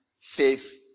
faith